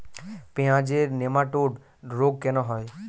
পেঁয়াজের নেমাটোড রোগ কেন হয়?